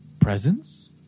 presence